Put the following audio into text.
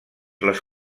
les